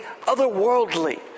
otherworldly